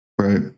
Right